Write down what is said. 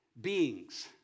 beings